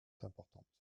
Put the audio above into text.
importantes